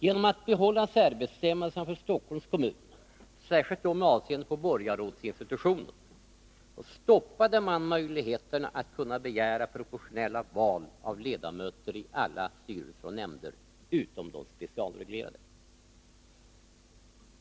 Genom att behålla särbestämmelserna för Stockholms kommun, särskilt då med avseende på borgarrådsinstitutionen, stoppade man möjligheterna att begära proportionella val av ledamöter i alla styrelser och nämnder i Stockholm utom de specialreglerade.